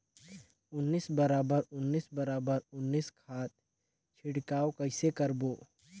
उन्नीस बराबर उन्नीस बराबर उन्नीस खाद छिड़काव कइसे करबो?